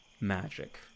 magic